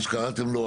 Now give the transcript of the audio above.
מה שקראתם לו,